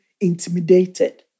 intimidated